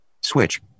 switch